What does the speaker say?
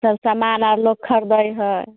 सब सामान आर लोक खरीदै हय